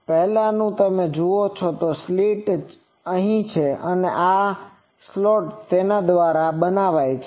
પહેલાનું તમે જુઓ તો સ્લોટ અહીં છે અને આ સ્લોટ તેના દ્વારા બનાવાય છે